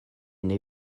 neu